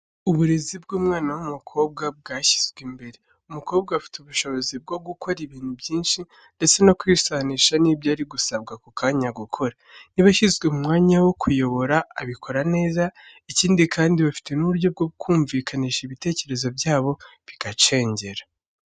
Uburezi bw’umwana w’umukobwa bwashyizwe imbere, umukobwa afite ubushobozi bwo gukora ibintu byinshi ndetse no kwisanisha n'ibyo ari gusabwa ako kanya gukora, niba ashyizwe mu mwanya wo kuyobora abikora neza, ikindi kandi bafite n’uburyo bwo kumvikanisha ibitekerezo byabo bigacengera.